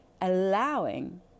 allowing